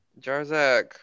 Jarzak